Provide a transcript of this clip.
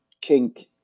kink